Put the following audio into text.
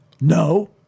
No